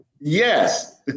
Yes